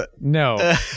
No